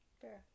Fair